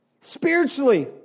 Spiritually